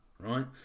right